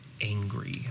angry